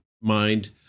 mind